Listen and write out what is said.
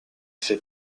fait